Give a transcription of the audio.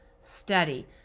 steady